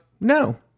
no